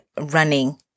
running